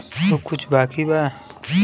और कुछ बाकी बा?